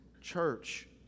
church